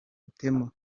otema